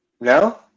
No